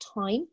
time